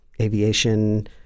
aviation